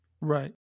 Right